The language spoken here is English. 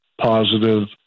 positive